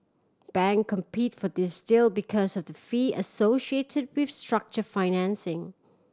bank compete for these deal because of the fee associated with structure financing